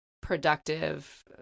productive